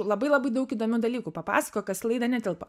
labai labai daug įdomių dalykų papasakojo kas į laidą netilpo